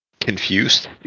confused